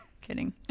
kidding